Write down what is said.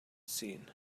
seen